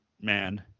man